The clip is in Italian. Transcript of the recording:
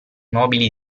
mobili